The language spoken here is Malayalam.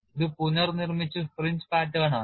ഇത് പുനർനിർമ്മിച്ച ഫ്രിഞ്ച് പാറ്റേൺ ആണ്